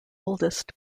oldest